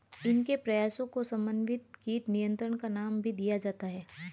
इनके प्रयासों को समन्वित कीट नियंत्रण का नाम भी दिया जाता है